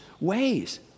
ways